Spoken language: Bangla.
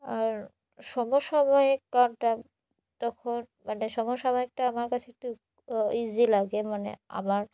আর সমসাময়িটা তখন মানে সমসাময়িকটা আমার কাছে একটু ইজি লাগে মানে আমার